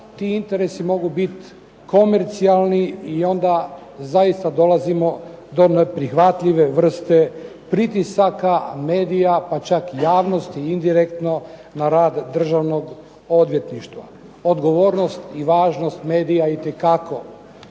ti interesi mogu biti komercijalni i onda zaista dolazimo do neprihvatljive vrste pritisaka, medija, pa čak javnosti indirektno na rad državnog odvjetništva. Odgovornost i važnost medija itekako